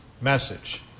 message